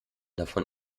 davon